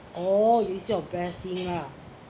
or you is your blessing lah